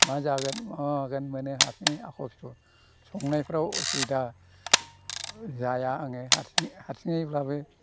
मा जागोन मा मागोन मोनो हारसिङै आख' फिख' संनायफ्राव उसुबिदा जाया आङो हारसिङै हारसिङैब्लाबो